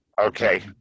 okay